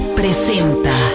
presenta